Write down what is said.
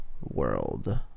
world